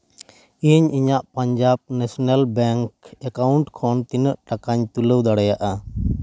ᱤᱧ ᱤᱧᱟᱹᱜ Punjab national bank account ᱠᱷᱚᱱ ᱛᱤᱱᱟᱹᱜ ᱴᱟᱠᱟᱧ ᱛᱩᱞᱟᱹᱣ ᱫᱟᱲᱮᱭᱟᱜᱼᱟ